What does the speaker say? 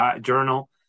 journal